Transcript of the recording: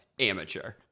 amateur